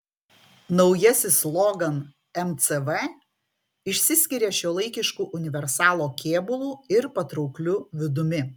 naujasis logan mcv išsiskiria šiuolaikišku universalo kėbulu ir patraukliu vidumi